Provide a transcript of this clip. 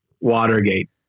Watergate